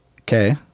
Okay